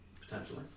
Potentially